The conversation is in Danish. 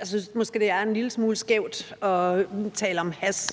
Jeg synes måske, det er en lille smule skævt at tale om hash,